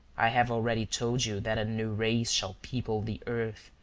i have already told you that a new race shall people the earth,